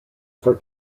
for